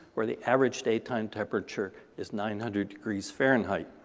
where the average daytime temperature is nine hundred degrees fahrenheit.